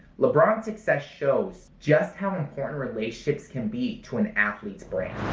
lebron's success shows just how important relationships can be to an athlete's brand!